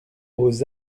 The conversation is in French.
aux